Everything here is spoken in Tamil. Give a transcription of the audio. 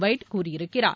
வைத் கூறியிருக்கிறார்